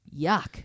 Yuck